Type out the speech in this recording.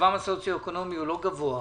מצבם הסוציו-אקונומי לא גבוה,